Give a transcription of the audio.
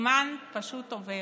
הזמן פשוט עובר,